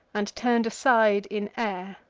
and turn'd aside in air.